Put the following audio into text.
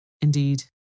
Indeed